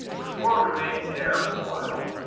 which will remain in air for a while.